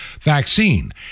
vaccine